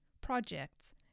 projects